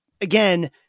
again